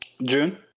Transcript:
June